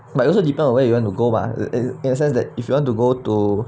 but also depends where you want to go mah in the sense that if you want to go to